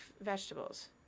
vegetables